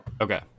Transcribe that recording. Okay